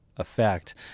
effect